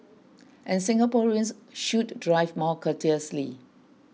and Singaporeans should drive more courteously